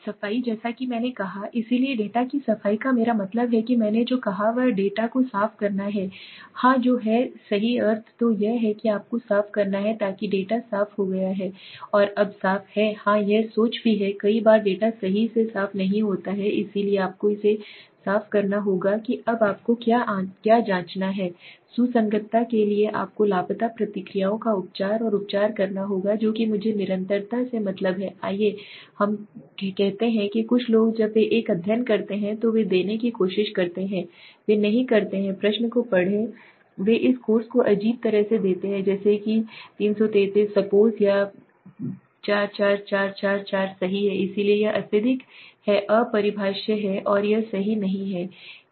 सफाई जैसा कि मैंने कहा इसलिए डेटा की सफाई का मेरा मतलब है कि मैंने जो कहा वह डेटा को साफ करना है हां जो है सही अर्थ तो यह है कि आपको साफ करना है ताकि डेटा साफ हो गया है अब साफ है हां यह भी सच है कई बार डेटा सही से साफ़ नहीं होता है इसलिए आपको इसे साफ़ करना होगा कि अब आपको क्या जाँचना है सुसंगतता के लिए आपको लापता प्रतिक्रियाओं का उपचार और उपचार करना होगा जो कि मुझे निरंतरता से मतलब है आइए हम कहते हैं कि कुछ लोग जब वे एक अध्ययन करते हैं जो वे देने की कोशिश करते हैं वे नहीं करते हैं प्रश्न को पढ़ें वे इस कोर्स को अजीब तरह से देते हैं जैसे कि 333 सपोज या 44444 सही है इसलिए यह अत्यधिक है अपरिभाष्य और यह सही नहीं है